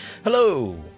Hello